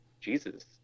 Jesus